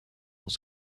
was